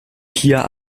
kia